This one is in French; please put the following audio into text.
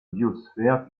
biosphère